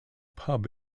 pub